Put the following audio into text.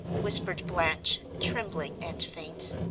whispered blanche, trembling and faint.